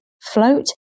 float